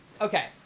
Okay